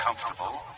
comfortable